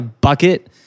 bucket